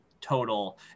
total